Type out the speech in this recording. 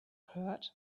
heard